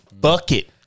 Bucket